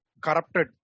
corrupted